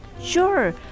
Sure